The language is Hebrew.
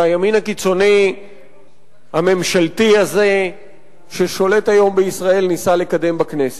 שהימין הקיצוני הממשלתי הזה ששולט היום בישראל ניסה לקדם בכנסת.